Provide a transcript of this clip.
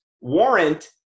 warrant